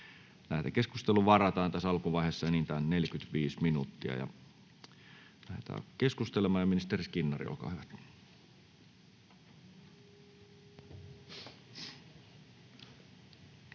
Lähetekeskusteluun varataan tässä alkuvaiheessa enintään 45 minuuttia. — Lähdetään keskustelemaan. Ministeri Skinnari, olkaa hyvä.